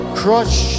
crush